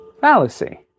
fallacy